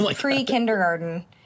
pre-kindergarten